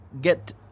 get